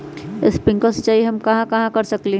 Sprinkle सिंचाई हम कहाँ कहाँ कर सकली ह?